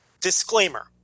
Disclaimer